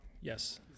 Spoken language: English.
Yes